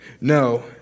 No